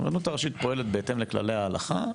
הרבנות הראשית פועלת בהתאם לכללי ההלכה.